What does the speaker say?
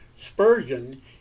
Spurgeon